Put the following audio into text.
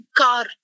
car